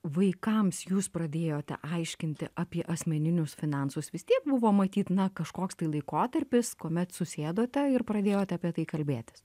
vaikams jūs pradėjote aiškinti apie asmeninius finansus vis tiek buvo matyt na kažkoks tai laikotarpis kuomet susėdote ir pradėjote apie tai kalbėtis